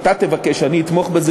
אתה תבקש ואני אתמוך בזה,